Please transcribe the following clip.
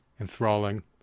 enthralling